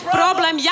problem